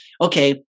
Okay